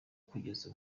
kugeza